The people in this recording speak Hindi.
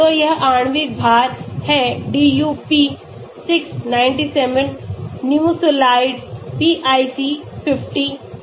तो यह आणविक भार है DuP 697 Nimesulide pIC 50 का